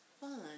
fun